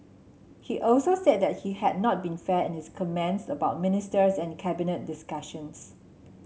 he also said that he had not been fair in his comments about the ministers and cabinet discussions